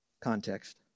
context